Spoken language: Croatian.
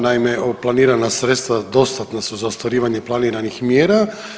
Naime, planirana sredstva dostatna su za ostvarivanje planiranih mjera.